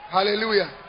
Hallelujah